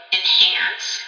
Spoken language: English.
enhance